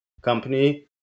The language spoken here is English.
company